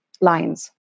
lines